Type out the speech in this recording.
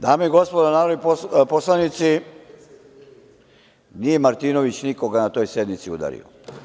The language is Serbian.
Dame i gospodo narodni poslanici, nije Martinović nikoga na toj sednici udario.